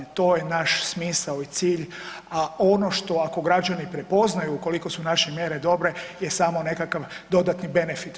To je naš smisao i cilj, a ono što ako građani prepoznaju koliko su naše mjere dobre je samo nekakav dodatni benefit.